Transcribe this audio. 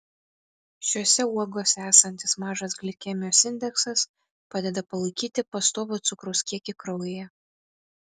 šiose uogose esantis mažas glikemijos indeksas padeda palaikyti pastovų cukraus kiekį kraujyje